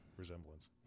Resemblance